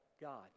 god